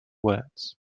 words